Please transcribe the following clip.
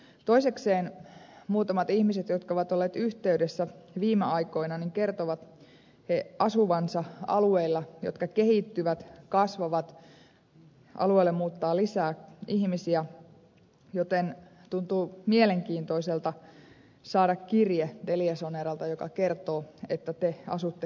toisekseen muutamat ihmiset jotka ovat olleet yhteydessä viime aikoina kertovat asuvansa alueilla jotka kehittyvät kasvavat alueelle muuttaa lisää ihmisiä joten tuntuu mielenkiintoiselta saada kirje teliasoneralta joka kertoo että te asutte kuihtuvalla alueella